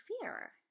fear